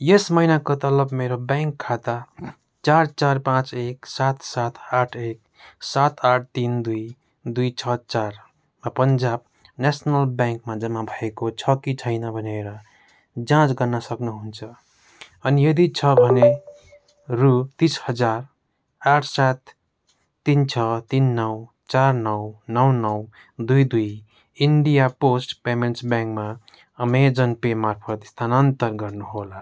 यस महिनाको तलब मेरो ब्याङ्क खाता चार चार पाँच एक सात सात आठ एक सात आठ तिन दुई दुई छ चार पन्जाब नेसनल ब्याङ्कमा जम्मा भएको छ कि छैन भनेर जाँच गर्न सक्नुहुन्छ अनि यदि छ भने रु तिस हजार आठ सात तिन छ तिन नौ चार नौ नौ नौ दुई दुई इन्डिया पोस्ट पेमेन्ट्स ब्याङ्कमा अमेजन पे मार्फत स्थानान्तरण गर्नु होला